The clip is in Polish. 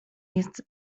jest